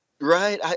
Right